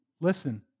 listen